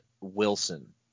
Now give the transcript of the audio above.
Wilson